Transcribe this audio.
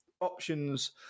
options